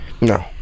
No